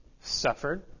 suffered